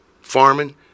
farming